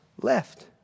left